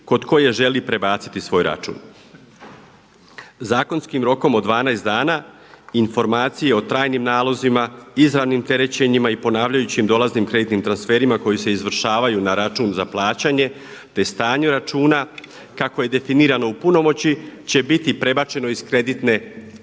kod koje želi prebaciti svoj račun. Zakonskim rokom od 12 dana, informacije o trajnim nalazima, izravnim terećenjima i ponavljajućim dolaznim kreditnim transferima koji se izvršavaju na račun za plaćanje, te stanju računa kako je definirano u punomoći će biti prebačeno iz kreditne institucije